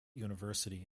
university